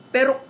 Pero